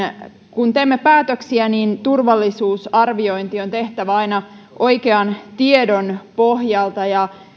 kun teemme päätöksiä turvallisuusarviointi on tehtävä aina oikean tiedon pohjalta ja